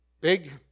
big